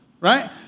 right